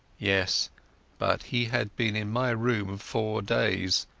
yes but he had been in my rooms four days,